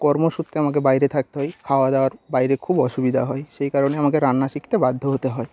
কর্মসূত্রে আমাকে বাইরে থাকতে হয় খাওয়া দাওয়ার বাইরে খুব অসুবিধা হয় সেই কারণে আমাকে রান্না শিখতে বাধ্য হতে হয়